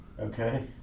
Okay